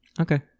Okay